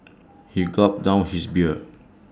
he gulped down his beer